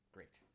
Great